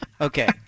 Okay